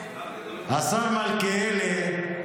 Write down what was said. השר מלכיאלי,